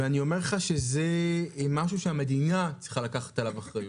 זה משהו שהמדינה צריכה לקחת עליו אחריות,